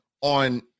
on